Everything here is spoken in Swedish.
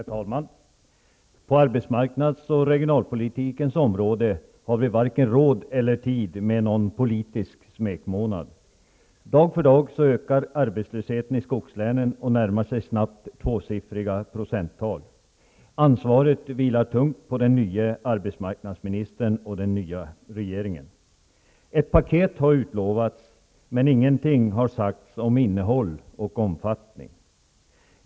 Herr talman! På arbetsmarknads och regionalpolitikens områden har vi varken råd eller tid med en politisk smekmånad. Dag för dag ökar arbetslösheten i skogslänen och närmar sig snabbt tvåsiffriga procenttal. Ansvaret vilar tungt på den nye arbetsmarknadsministern och den nya regeringen. Ett paket har utlovats, men ingenting har sagts om innehåll och omfattning.